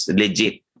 legit